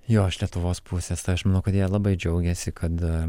jo iš lietuvos pusės tai aš manau kad jie labai džiaugiasi kad